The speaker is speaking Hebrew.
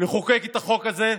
לחוקק את החוק הזה,